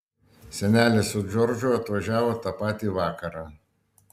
senelė su džordžu atvažiavo tą patį vakarą